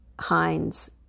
Heinz